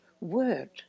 word